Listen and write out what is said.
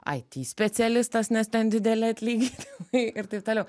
it specialistas nes ten dideli atlyginimai ir taip toliau